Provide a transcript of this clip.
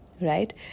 right